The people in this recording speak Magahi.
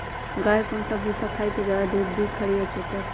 गाय कौन सा भूसा खाई त ज्यादा दूध दी खरी या चोकर?